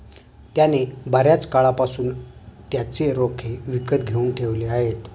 त्याने बर्याच काळापासून त्याचे रोखे विकत घेऊन ठेवले आहेत